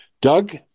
Doug